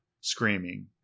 screaming